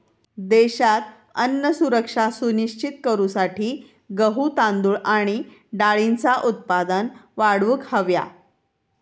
देशात अन्न सुरक्षा सुनिश्चित करूसाठी गहू, तांदूळ आणि डाळींचा उत्पादन वाढवूक हव्या